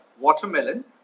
watermelon